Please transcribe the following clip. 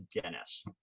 dennis